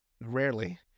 Rarely